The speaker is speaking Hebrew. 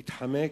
התחמק,